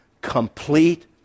Complete